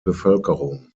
bevölkerung